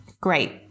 Great